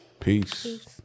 Peace